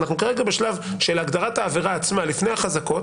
אנחנו כרגע בשלב של הגדרת העבירה עצמה לפני החזקות